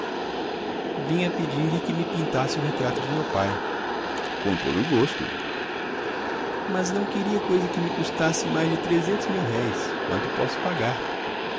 vinha pedir-lhe que me pintasse o retrato de meu pai com todo o gosto mas não queria coisa que me custasse mais de trezentos mil-réis quanto posso pagar